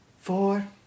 four